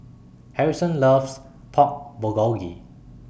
Harrison loves Pork Bulgogi